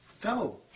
go